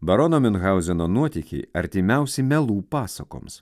barono miunhauzeno nuotykiai artimiausi melų pasakoms